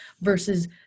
versus